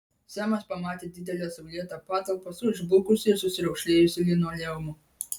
semas pamatė didelę saulėtą patalpą su išblukusiu ir susiraukšlėjusiu linoleumu